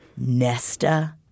Nesta